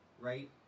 right